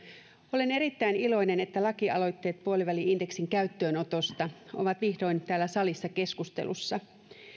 olen erittäin iloinen että lakialoitteet puoliväli indeksin käyttöönotosta ovat vihdoin täällä salissa keskustelussa